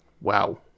Wow